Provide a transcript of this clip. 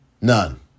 None